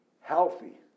healthy